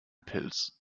pils